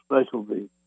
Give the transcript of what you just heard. specialty